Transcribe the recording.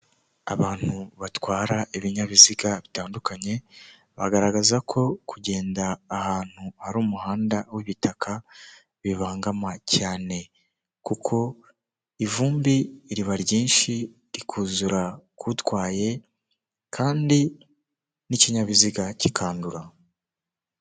Abantu batwara ibinyabiziga bitandukanye, bagaragaza ko kugenda ahantu hari umuhanda w'ibitaka bibangama cyane. Kuko ivumbi iriba ryinshi, rikuzura ku utwaye, kandi n'ikinyabiziga kikandura.